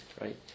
right